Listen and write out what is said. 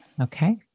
Okay